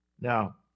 Now